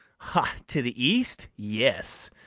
ha! to the east? yes.